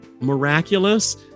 miraculous